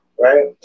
Right